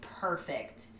perfect